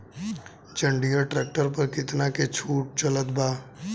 जंडियर tractor पर कितना के छूट चलत बा?